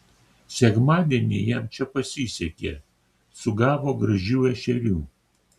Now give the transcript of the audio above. sekmadienį jam čia pasisekė sugavo gražių ešerių